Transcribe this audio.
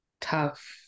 tough